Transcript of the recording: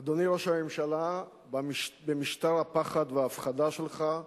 אדוני ראש הממשלה, במשטר הפחד וההפחדה שלך,